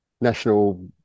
national